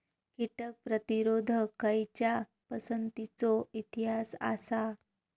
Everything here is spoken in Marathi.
कीटक प्रतिरोधक खयच्या पसंतीचो इतिहास आसा?